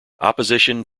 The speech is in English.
opposition